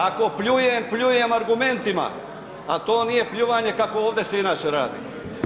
Ako pljujem, pljujem argumentima, a to nije pljuvanje kakvo ovdje se inače radi.